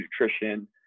nutrition